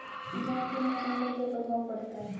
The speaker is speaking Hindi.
गेहूँ पे मौसम का क्या प्रभाव पड़ता है?